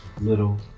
little